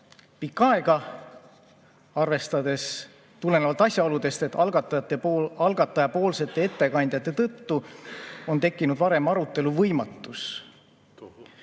pikka aega tulenevalt asjaolust, et algatajapoolsete ettekandjate tõttu on tekkinud varem arutelu võimatus.